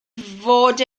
fod